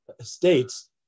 states